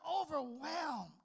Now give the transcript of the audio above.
overwhelmed